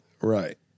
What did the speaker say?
Right